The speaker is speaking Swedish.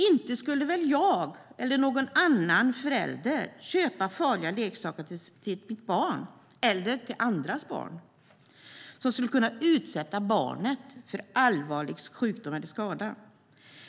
Inte skulle väl jag eller någon annan förälder köpa farliga leksaker till våra egna eller andras barn, leksaker som skulle kunna utsätta barnet för allvarlig sjukdom eller skada?